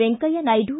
Venkaiah Naidu